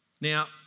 Now